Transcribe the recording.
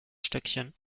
stöckchen